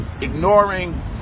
ignoring